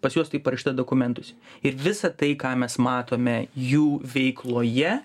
pas juos taip parašyta dokumentus ir visa tai ką mes matome jų veikloje